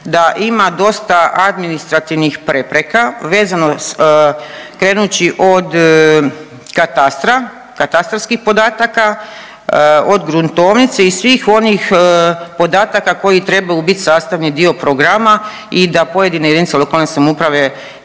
da ima dosta administrativnih prepreka vezano, krenući od katastra, katastarskih podataka, od gruntovnice i svih onih podataka koji trebaju bit sastavni dio programa i da pojedine JLS imaju mogućnost